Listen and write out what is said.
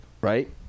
right